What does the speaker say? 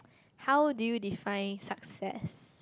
how do you define success